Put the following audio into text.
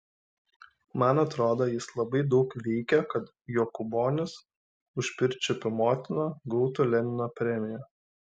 man atrodo jis labai daug veikė kad jokūbonis už pirčiupių motiną gautų lenino premiją